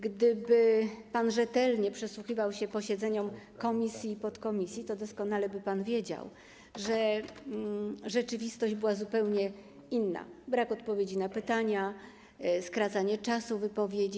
Gdyby pan rzetelnie przysłuchiwał się dyskusji na posiedzeniach komisji i podkomisji, to doskonale by pan wiedział, że rzeczywistość była zupełnie inna: brak odpowiedzi na pytania, skracanie czasu wypowiedzi.